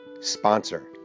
sponsor